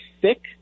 thick